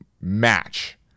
match